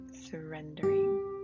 surrendering